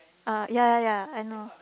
uh ya ya ya I know